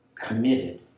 committed